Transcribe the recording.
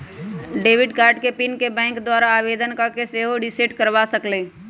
debit card के PIN के bank द्वारा आवेदन कऽ के सेहो रिसेट करबा सकइले